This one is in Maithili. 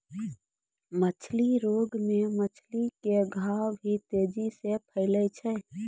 मछली रोग मे मछली के घाव भी तेजी से फैलै छै